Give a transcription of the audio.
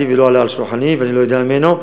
ולא עלה על שולחני ואני לא יודע ממנו.